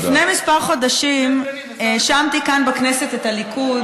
לפני כמה חודשים האשמתי כאן בכנסת את הליכוד